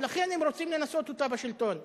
ולכן הם רוצים לנסות אותה בשלטון.